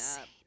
up